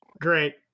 Great